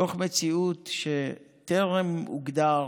בתוך מציאות שבה טרם הוגדר